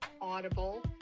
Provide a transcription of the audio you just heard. Audible